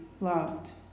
loved